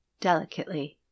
delicately